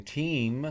team